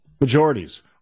majorities